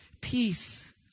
Peace